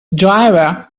driver